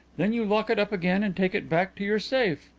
then you lock it up again and take it back to your safe.